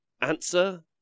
Answer